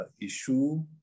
issue